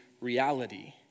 reality